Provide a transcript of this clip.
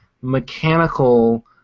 mechanical